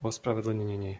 ospravedlnenie